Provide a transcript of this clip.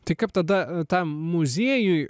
tai kaip tada tam muziejui